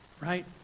right